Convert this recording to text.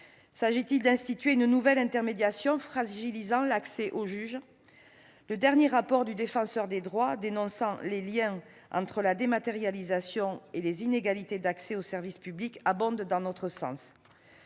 S'agit-il d'instituer une nouvelle intermédiation fragilisant l'accès au juge ? Le dernier rapport du Défenseur des droits dénonçant les liens entre la dématérialisation et les inégalités d'accès aux services publics abonde dans notre sens.